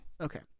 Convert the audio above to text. Okay